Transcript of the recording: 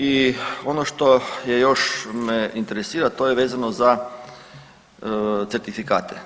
I ono što je još me interesira to je vezano za certifikate.